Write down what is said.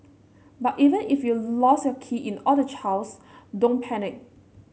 but even if you've lost your keys in all the chaos don't panic